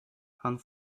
han